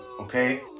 Okay